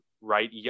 right